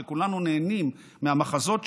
שכולנו נהנים מהמחזות שלו,